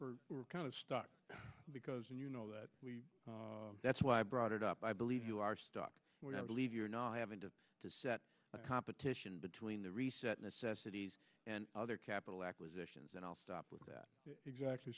taken we're kind of stuck because and you know that that's why i brought it up i believe you are stuck with i believe you're not having to to set a competition between the reset necessities and other capital acquisitions and i'll stop with that exactly